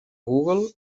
google